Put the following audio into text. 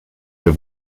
wir